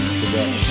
today